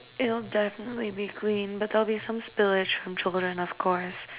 it'll definitely be clean but there'll be some spillage from children of course